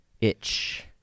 itch